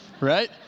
right